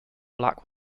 black